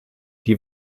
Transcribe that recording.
die